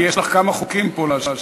כי יש לך כמה חוקים פה להשיב.